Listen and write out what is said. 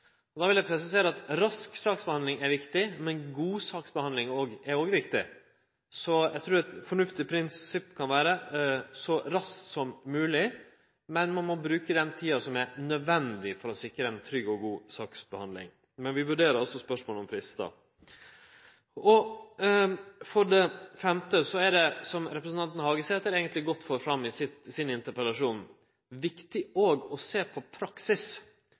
vil eg presisere at rask saksbehandling er viktig, men god saksbehandling er òg viktig. Så eg trur eit fornuftig prinsipp kan vere «så raskt som mogleg», men at ein må bruke den tida som er nødvendig for å sikre ei trygg og god saksbehandling. Men vi vurderer altså spørsmålet om fristar. For det femte er det, som representanten Hagesæter på ein god måte får fram i interpellasjonen sin, viktig òg å sjå på praksis.